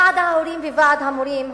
ועד ההורים וועד המורים,